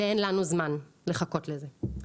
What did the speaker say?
ואין לנו זמן לחכות לזה.